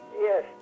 Yes